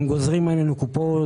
הם גוזרים עלינו קופון.